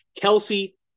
Kelsey